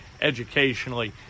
educationally